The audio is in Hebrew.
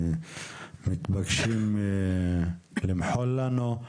מתבקשים למחול לנו.